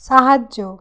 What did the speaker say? সাহায্য